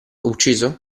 ucciso